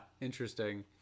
Interesting